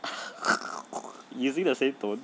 using the same tone